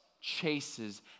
chases